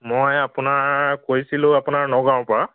মই আপোনাৰ কৰিছিলোঁ আপোনাৰ নগাঁৱৰ পৰা